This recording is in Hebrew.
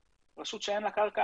רשות שאין לה קרקע,